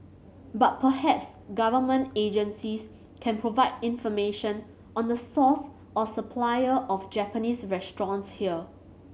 but perhaps government agencies can provide information on the source or supplier of Japanese restaurants here